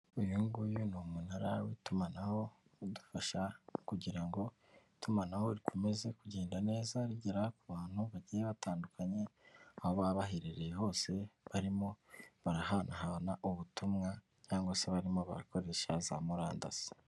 Uyu nguyu ni umunara w'itumanaho udufasha kugira ngo itumanaho rikomeze kugenda neza rigera ku bantu bagiye batandukanye aho baba baherereye hose barimo barahanahana ubutumwa cyangwa se barimo barakoresha za murandasi.